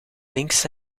linkse